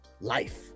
life